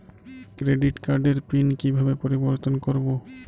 Credit কার্ডের PIN কিভাবে পরিবর্তন করবো?